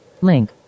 Link